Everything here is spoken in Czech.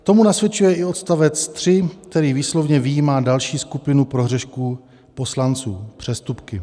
Tomu nasvědčuje i odst. 3, který výslovně vyjímá další skupinu prohřešků poslanců přestupky.